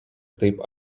taip